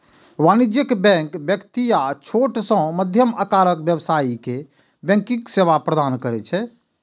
वाणिज्यिक बैंक व्यक्ति आ छोट सं मध्यम आकारक व्यवसायी कें बैंकिंग सेवा प्रदान करै छै